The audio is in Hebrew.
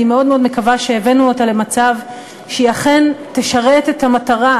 אני מאוד מקווה שהבאנו אותה למצב שהיא אכן תשרת את המטרה,